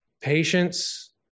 patience